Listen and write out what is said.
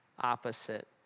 opposite